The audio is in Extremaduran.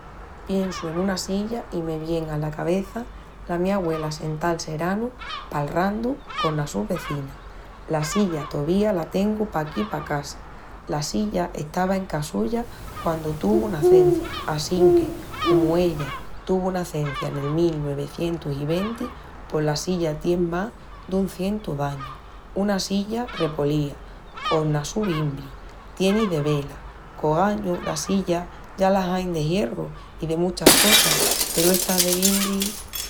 Piensu en una silla i me vien ala cabeça la mi agüela sentá al seranu palrandu conas sus vezinas. La silla tovía la tengu paquí pa casa. La silla estava encá suya quandu tuvu nacencia assinque, comu ella tuvu nacencia nel mil nuevicientus i venti, pos la silla tien más dun cientu d'añus. Una silla repolía cona su bimbri, tienis de ve-la! Qu'ogañu las sillas ya las ain de hierru i de muchas cosas peru estas de bimbri...